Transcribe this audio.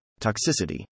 Toxicity